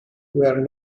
where